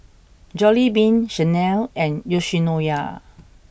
Jollibean Chanel and Yoshinoya